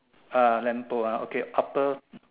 ah lamp pole ah okay upper